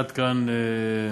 עד כאן תשובתי.